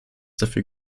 dafür